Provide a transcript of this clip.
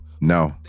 No